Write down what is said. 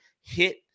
hit